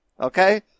okay